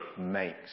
makes